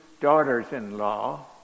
daughters-in-law